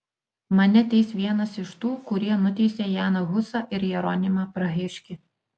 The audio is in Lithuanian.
mane teis vienas iš tų kurie nuteisė janą husą ir jeronimą prahiškį